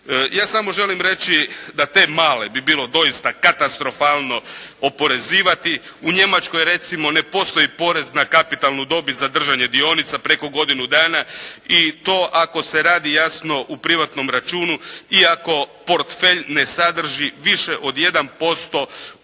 Ja samo želim reći da te male bi bilo doista katastrofalno oporezivati. U Njemačkoj recimo ne postoji porez na kapitalnu dobit za držanje dionica preko godinu dana i to ako se radi jasno u privatnom računu iako portfelj ne sadrži više od 1% ukupnih